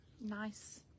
nice